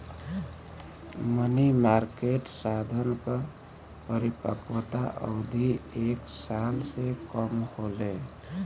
मनी market साधन क परिपक्वता अवधि एक साल से कम होले